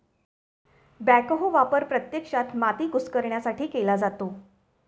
backhoe वापर प्रत्यक्षात माती कुस्करण्यासाठी केला जातो